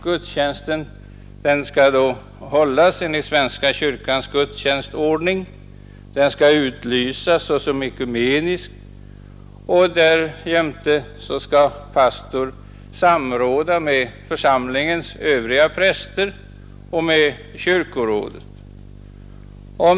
Gudstjänsten skall hållas enligt svenska kyrkans gudstjänstordning och utlysas såsom ekumenisk, och därjämte skall pastor samråda med församlingens övriga präster och med kyrkorådet.